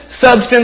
substance